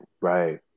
right